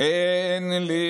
"אין לי